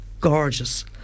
gorgeous